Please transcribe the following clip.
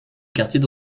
quartiers